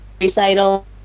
recital